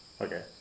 okay